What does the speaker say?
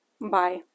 Bye